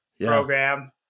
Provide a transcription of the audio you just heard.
program